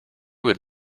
would